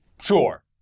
Sure